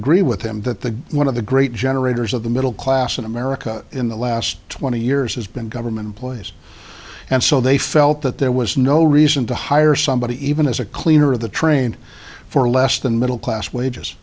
agree with him that the one of the great generators of the middle class in america in the last twenty years has been government employees and so they felt that there was no reason to hire somebody even as a cleaner of the train for less than middle class wages